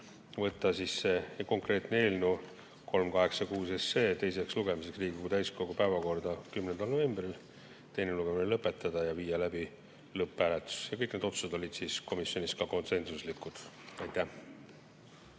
võtta see konkreetne eelnõu 386 teiseks lugemiseks Riigikogu täiskogu päevakorda 10. novembriks, teine lugemine lõpetada ja viia läbi lõpphääletus. Kõik need otsused komisjonis olid konsensuslikud. Aitäh!